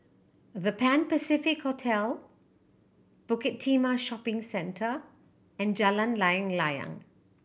The Pan Pacific Hotel Bukit Timah Shopping Centre and Jalan Layang Layang